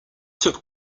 took